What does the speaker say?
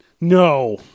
No